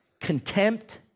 contempt